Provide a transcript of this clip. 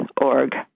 org